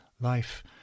life